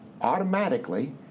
automatically